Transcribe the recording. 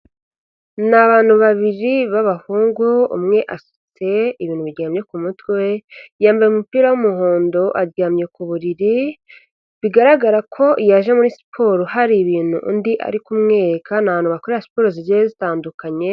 Ni abantu babiri b'abahungu, umwe asutse ibintu biryamye ku mutwe, yambaye umupira w'umuhondo aryamye ku buriri. Bigaragara ko yaje muri siporo, hari ibintu undi ari kumwereka. Abantu bakora siporo zigiye zitandukanye.